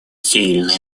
сильное